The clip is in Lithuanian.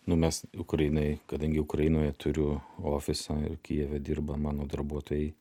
nu mes ukrainai kadangi ukrainoje turiu ofisą ir kijeve dirba mano darbuotojai